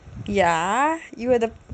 ya you were the